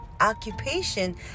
occupation